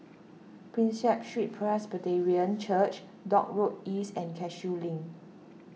Prinsep Street Presbyterian Church Dock Road East and Cashew Link